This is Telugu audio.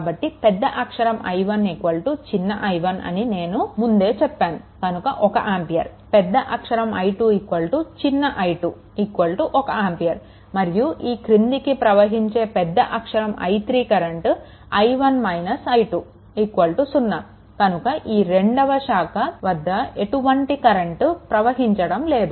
కాబట్టి పెద్ద అక్షరం I1 చిన్న i1 అని నేను ముందు చెప్పాను కనుక 1 ఆంపియర్ పెద్ద అక్షరం I2 చిన్న i2 1 ఆంపియర్ మరియు ఈ క్రిందికి ప్రవహించే పెద్ద అక్షరం I3 కరెంట్ i1 - i2 0 కనుక ఈ రెండవ శాఖ వద్ద ఎటువంటి కరెంట్ ప్రవహించడం లేదు